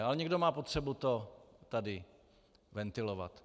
Ale někdo má potřebu to tady ventilovat.